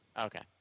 Okay